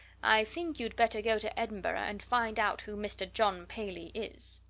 i think you'd better go to edinburgh and find out who mr. john paley is.